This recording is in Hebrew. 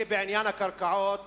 עניין הקרקעות